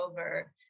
over